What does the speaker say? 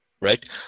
right